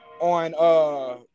on